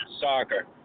soccer